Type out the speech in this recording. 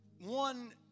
one